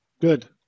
Good